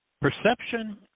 perception